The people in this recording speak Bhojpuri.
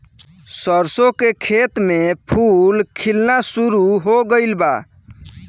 सरसों के खेत में फूल खिलना शुरू हो गइल बा